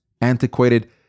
antiquated